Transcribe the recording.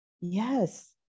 Yes